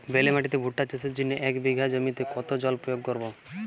বেলে মাটিতে ভুট্টা চাষের জন্য এক বিঘা জমিতে কতো জল প্রয়োগ করব?